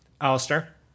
Alistair